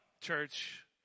church